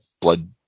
blood